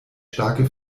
starke